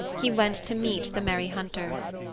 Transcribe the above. he went to meet the merry hunters.